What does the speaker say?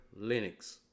Linux